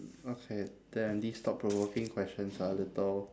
okay then these thought provoking questions are a little